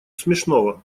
смешного